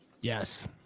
Yes